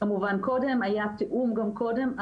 כמובן קודם, היה תאום גם קודם.